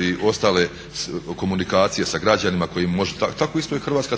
i ostale komunikacije sa građanima koji im može, tako isto i Hrvatska